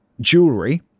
jewelry